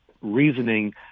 reasoning